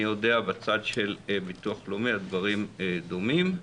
יודע בצד של הביטוח הלאומי ה דברים דומים.